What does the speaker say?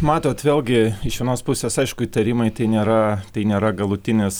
matot vėlgi iš vienos pusės aišku įtarimai tai nėra tai nėra galutinis